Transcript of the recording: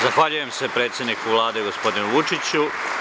Zahvaljujem se predsedniku Vlade, gospodinu Vučiću.